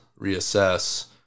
reassess